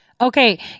Okay